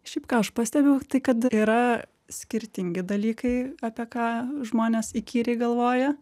šiaip ką aš pastebiu tai kad yra skirtingi dalykai apie ką žmonės įkyriai galvoja